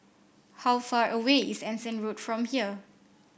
how far away is Anson Road from here